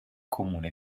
comune